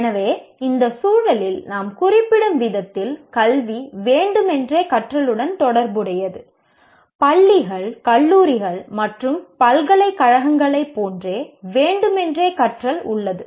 எனவே இந்த சூழலில் நாம் குறிப்பிடும் விதத்தில் கல்வி நோக்கங்களுடன் கற்றலுடன் தொடர்புடையது பள்ளிகள் கல்லூரிகள் மற்றும் பல்கலைக்கழகங்களைப் போன்ற நோக்கங்களுடன் கற்றல் உள்ளது